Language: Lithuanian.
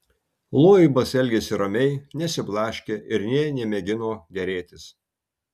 loibas elgėsi ramiai nesiblaškė ir nė nemėgino derėtis